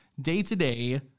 day-to-day